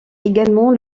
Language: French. également